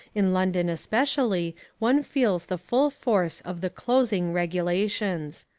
in london especially one feels the full force of the closing regulations.